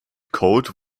code